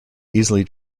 easily